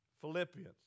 Philippians